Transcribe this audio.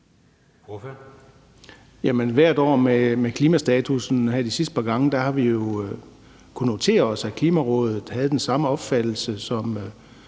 her de sidste par gange kunnet notere os, at Klimarådet havde den samme opfattelse,